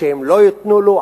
שהם לא ייתנו לו,